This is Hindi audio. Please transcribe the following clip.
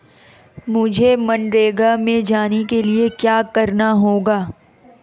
मुझे मनरेगा में जाने के लिए क्या करना होगा?